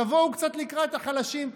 תבואו קצת לקראת החלשים,